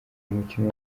umukino